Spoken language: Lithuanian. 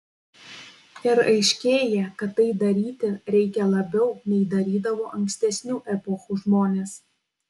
ir aiškėja kad tai daryti reikia labiau nei darydavo ankstesnių epochų žmonės